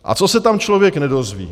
A co se tam člověk nedozví.